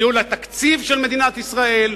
ניהול התקציב של מדינת ישראל?